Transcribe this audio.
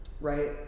Right